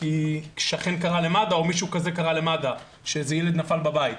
כי שכן קרא למד"א או מישהו קרא למד"א כשילד נפל בבית.